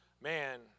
man